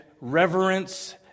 reverence